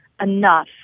enough